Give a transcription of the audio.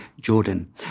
Jordan